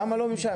למה לא בממשלה?